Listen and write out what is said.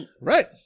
Right